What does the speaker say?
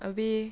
abeh